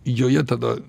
joje tada